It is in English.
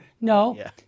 No